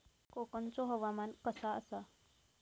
कोकनचो हवामान कसा आसा?